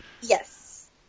Yes